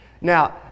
Now